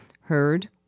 heard